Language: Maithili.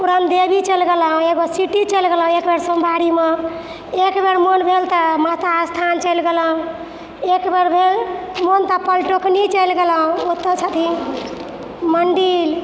पूरन देवी चलि गेलहुँ एगो सिटी चलि गेलहुँ एकबेर सोमवारीमे एकबेर मोन भेल तऽ माता अस्थान चलि गेलहुँ एकबेर भेल मोन तऽ पाॅलिटेक्निक चलि गेलहुँ ओतहु छथिन मन्दिर